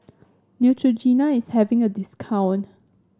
Neutrogena is having a discount